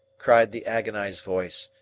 cried the agonized voice.